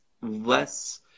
less –